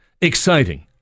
Exciting